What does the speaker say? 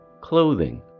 clothing